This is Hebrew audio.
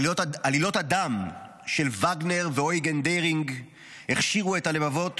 עלילות הדם של ואגנר ואויגן דירינג הכשירו את הלבבות